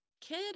kid